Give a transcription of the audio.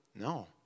No